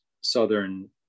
southern